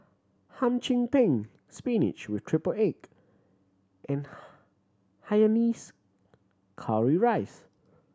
Hum Chim Peng spinach with triple egg and Hainanese curry rice